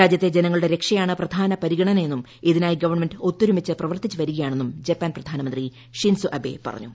രാജ്യത്തെ ജനങ്ങളുടെ രക്ഷയാണ് പ്രധാന പരിഗണന എന്നും ഇതിനായി ഗവൺമെന്റ് ഒത്തൊരുമിച്ച് പ്രവർത്തിച്ചുവരികയാണെന്നും ജപ്പാൻ പ്രധാനമന്ത്രി ഷിൻസോ ആബെ പറഞ്ഞു